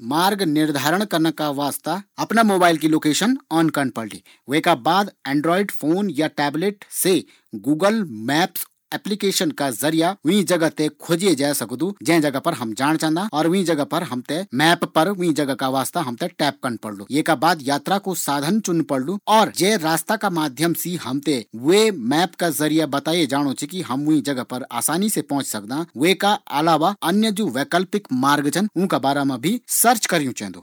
मार्ग निर्धारण का वास्ता अपणा मोबाइल की लोकेशन ऑन करन पड़ली। विका बाद एंड्राइड फोन या टैब का माध्यम से गूगल मैप्स एप्लीकेशन का जरिया वीं जगह थें खोजे जै सकदू जै जगह पर हम जाण चांदा। और वीं जगह का वास्ता मैप पर हम थें टैप करन पड़लू। विका बाद यात्रा कू साधन चुनण पड़लू। और जै रास्ता का माध्यम से हम थें वै मैप पर बताये जाणु च कि हम वीं जगह पर आसानी पोंछी सकदा। वेका अलावा जू अन्य वैकल्पिक मार्ग छन ऊँका बाराम भी सर्च करियूँ चैन्दू।